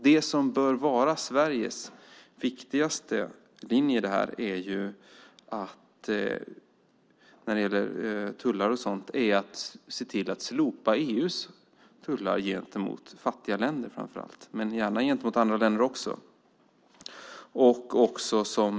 Det som bör vara Sveriges viktigaste linje när det gäller tullar är att se till att slopa EU:s tullar gentemot fattiga länder, gärna gentemot andra länder också.